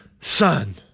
Son